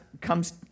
comes